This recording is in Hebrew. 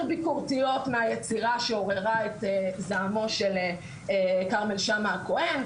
ביקורתיות מהיצירה שעוררה את זעמו של כרמל שאמה כהן,